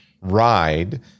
Ride